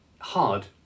hard